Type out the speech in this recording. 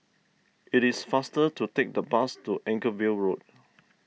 it is faster to take the bus to Anchorvale Road